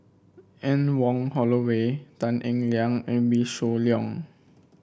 Anne Wong Holloway Tan Eng Liang and Wee Shoo Leong